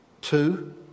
Two